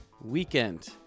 weekend